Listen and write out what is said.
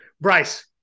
Bryce